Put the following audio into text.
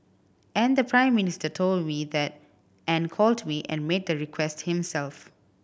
and the Prime Minister told me that and called me and made that request himself